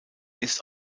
ist